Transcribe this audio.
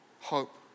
hope